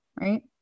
right